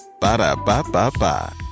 Ba-da-ba-ba-ba